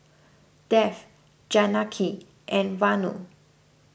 Dev Janaki and Vanu